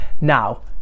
Now